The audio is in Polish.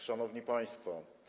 Szanowni Państwo!